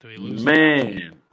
Man